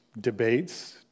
debates